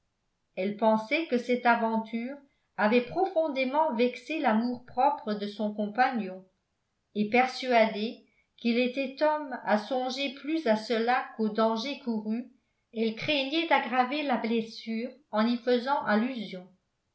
elle pensait que cette aventure avait profondément vexé l'amour-propre de son compagnon et persuadée qu'il était homme à songer plus à cela qu'au danger couru elle craignait d'aggraver la blessure en y faisant allusion